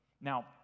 Now